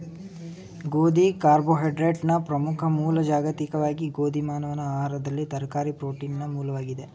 ಗೋಧಿ ಕಾರ್ಬೋಹೈಡ್ರೇಟ್ನ ಪ್ರಮುಖ ಮೂಲ ಜಾಗತಿಕವಾಗಿ ಗೋಧಿ ಮಾನವ ಆಹಾರದಲ್ಲಿ ತರಕಾರಿ ಪ್ರೋಟೀನ್ನ ಮೂಲವಾಗಿದೆ